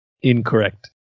Incorrect